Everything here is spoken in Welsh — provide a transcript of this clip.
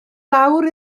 lawr